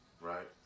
right